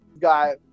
got